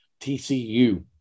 TCU